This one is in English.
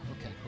Okay